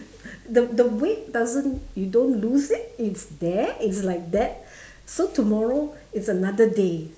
the the weight doesn't you don't lose it it's there it's like that so tomorrow is another day